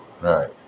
right